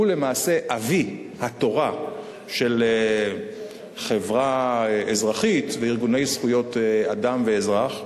הוא למעשה אבי התורה של חברה אזרחית וארגוני זכויות האדם והאזרח,